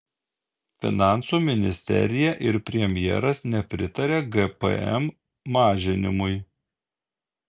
finansų ministerija ir premjeras nepritaria gpm mažinimui